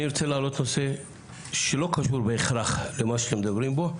אני רוצה להעלות נושא שלא קשור בהכרח למה שאתם מדברים בו,